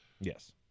yes